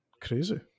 crazy